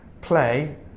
play